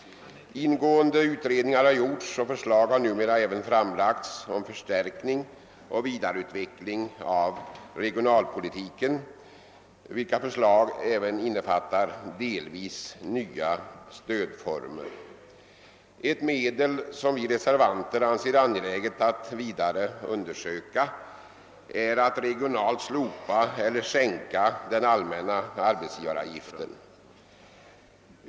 Ingående utredningar har gjorts, och förslag har numera även framlagts om förstärkning och vidareutveckling av regionalpolitiken, vilka förslag även innefattar delvis nya stödformer. Ett medel, som vi reservanter anser angeläget att vidare undersöka, är att regionalt slopa eller sänka den allmänna arbetsgivaravgiften.